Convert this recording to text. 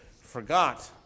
forgot